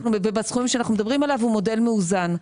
ובסכומים שאנחנו מדברים עליהם הוא מודל מאוזן.